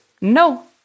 no